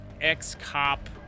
ex-cop